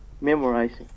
memorizing